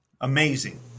Amazing